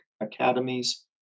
academies